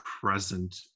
present